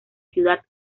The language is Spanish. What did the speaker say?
ciudad